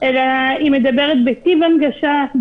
אלא מדברת בטיב ההנגשה,